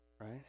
Right